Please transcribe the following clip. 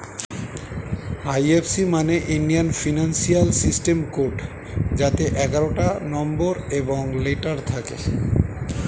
এই F C মানে Indian financial system code যাতে এগারোটা নম্বর এবং লেটার থাকে